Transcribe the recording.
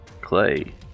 clay